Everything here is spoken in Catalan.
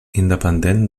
independent